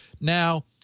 Now